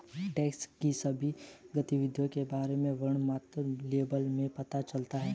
tax की सभी गतिविधियों के बारे में वर्णनात्मक लेबल में पता चला है